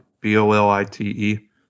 b-o-l-i-t-e